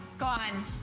gone.